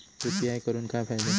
UPI करून काय फायदो?